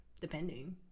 depending